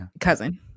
cousin